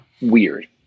weird